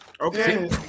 Okay